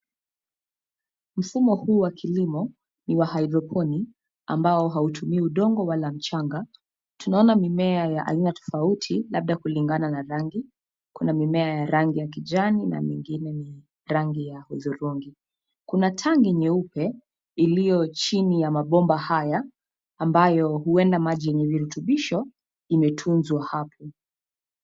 Mfumo huu wa kilimo, ni wa hydrponi, ambao hautumi udongo wala mchanga. Tunaona mimea ya aina tofauti labda kulingana na rangi, kuna mimea ya rangi ya kijani na mingine ni rangi ya hudhurungi. Kuna tangi nyeupe iliyo chini ya mabomba haya ambayo huenda maji yenye virutubisho imetunzwa hapo.